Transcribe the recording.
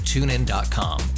TuneIn.com